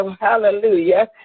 Hallelujah